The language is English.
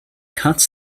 cut